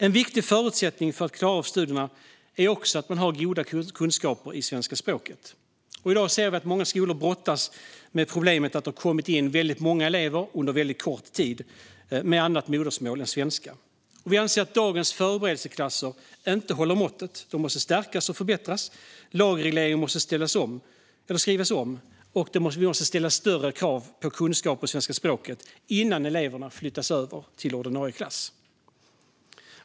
En viktig förutsättning för att klara av studierna är också att ha goda kunskaper i svenska språket. I dag ser vi att många skolor brottas med problemet att det har kommit in många elever under väldigt kort tid med ett annat modersmål än svenska. Vi anser att dagens förberedelseklasser inte håller måttet. De måste stärkas och förbättras. Lagregleringen måste skrivas om, och det måste också ställas större krav på kunskaper i svenska språket innan eleverna flyttas över till ordinarie klass.